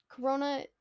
Corona